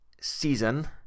season